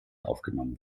aufgenommen